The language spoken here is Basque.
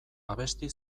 abesti